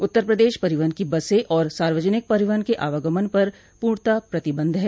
उत्तर प्रदेश परिवहन की बसें और सार्वजनिक परिवहन के आवागमन पर पूर्णता प्रतिबंध है